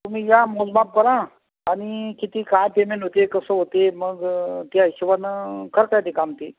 तुम्ही या मोजमाप करा आणि किती का देणं होते कसं होते मग त्या हिशोबानं करता येते काम ते